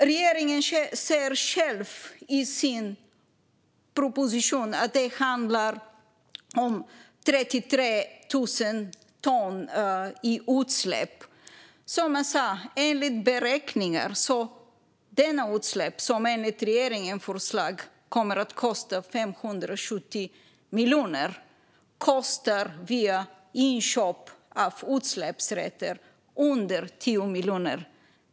Regeringen säger själv i sin proposition att det handlar om 33 000 ton i utsläpp. Dessa utsläpp, som enligt beräkningar utifrån regeringens förslag kommer att kosta 570 miljoner, kostar via inköp av utsläppsrätter under 10 miljoner.